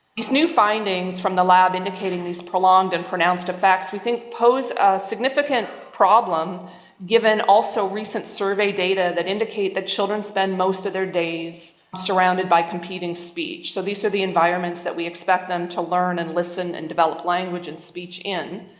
these new findings from the lab indicating these prolonged and pronounced effects we think pose a significant problem given also recent survey data that indicate that children spend most of their days surrounded by competing speech. so these are the environments that we expect them to learn and listen and develop language and speech in.